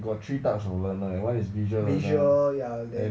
got three types of learner one is visual learner then